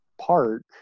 park